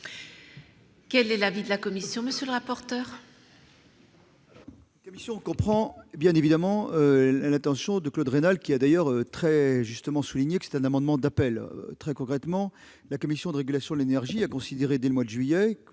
Quel est l'avis de la commission ? La commission comprend, bien évidemment, l'intention de Claude Raynal, qui a d'ailleurs très justement indiqué qu'il s'agit d'un amendement d'appel. Très concrètement, la Commission de régulation de l'énergie a considéré dès le mois de juillet